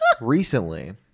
Recently